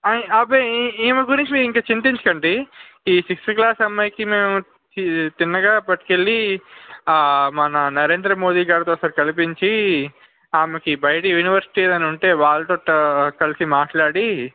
అబ్బే ఈ ఈమె గురించి మీరు ఇంకా చింతించకండి ఈ సిక్స్త్ క్లాస్ అమ్మాయికి మేము తిన్నగా పట్టుకెళ్ళి మన నరేంద్ర మోడీ గారితో ఒకసారి కలిపించి ఆమెకి బయట యూనివర్సిటీ ఏదైనా ఉంటే వాళ్ళతో కలిసి మాట్లాడి